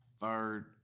Third